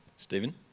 Stephen